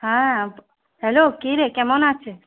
হ্যাঁ হ্যালো কি রে কেমন আছিস